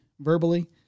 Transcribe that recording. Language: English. verbally